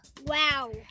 Wow